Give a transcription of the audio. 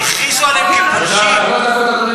המדינה מכרה אותם